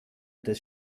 des